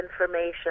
information